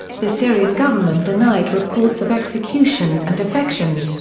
the syrian government denied reports of executions and defections,